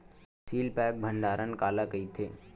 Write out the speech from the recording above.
Seal pack भंडारण काला कइथे?